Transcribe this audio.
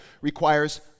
requires